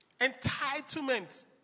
entitlement